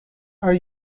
are